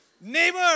Neighbor